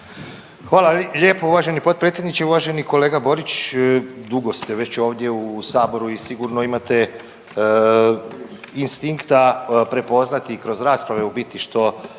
Hvala lijepo uvaženi potpredsjedniče, uvaženi kolega Borić. Dugo ste već ovdje u Saboru i sigurno imate instinkta prepoznati i kroz rasprave u biti što